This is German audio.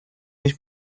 ich